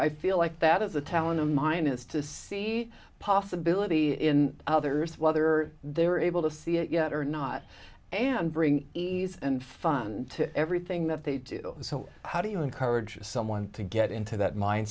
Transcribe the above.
i feel like that is a talent of mine is to see possibility in others whether they're able to see it yet or not and bring easy and fun to everything that they do so how do you encourage someone to get into that min